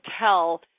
tell